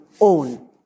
own